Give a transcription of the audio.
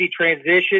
transition